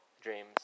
dreams